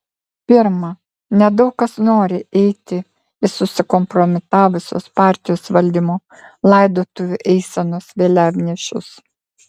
pirma nedaug kas nori eiti į susikompromitavusios partijos valdymo laidotuvių eisenos vėliavnešius